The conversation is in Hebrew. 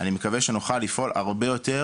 אני מקווה שנוכל לפעול הרבה יותר,